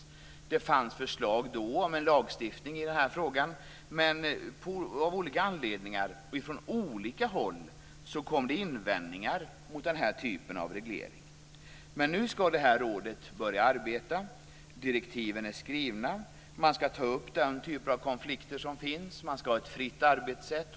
Det fanns då förslag om en lagstiftning i den här frågan, men av olika anledningar och från olika håll kom det invändningar mot den här typen av reglering. Nu skall det här rådet börja arbeta. Direktiven är skrivna. Man skall ta upp den typen av konflikter som finns. Man skall ha ett fritt arbetssätt.